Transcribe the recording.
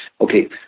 Okay